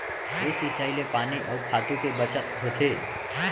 ए सिंचई ले पानी अउ खातू के बचत होथे